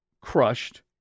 crushed